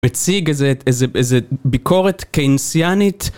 מציג איזה איזה איזה ביקורת קיינסיאנית.